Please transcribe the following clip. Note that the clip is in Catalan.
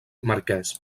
marquès